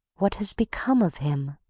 what has become of him?